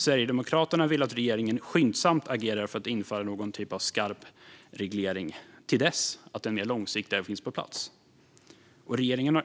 Sverigedemokraterna vill att regeringen skyndsamt agerar för att införa en skarp tillfällig reglering tills en mer långsiktig sådan finns på plats. Regeringen har